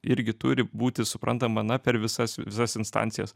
irgi turi būti suprantama na per visas visas instancijas